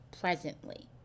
presently